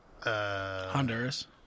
Honduras